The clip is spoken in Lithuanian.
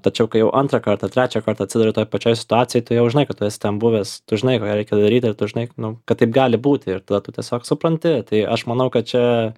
tačiau kai jau antrą kartą trečią kartą atsiduri toj pačioj situacijoj tu jau žinai kad tu esi ten buvęs tu žinai ką reikia daryti ir tu žinai nu kad taip gali būti ir tada tu tiesiog supranti tai aš manau kad čia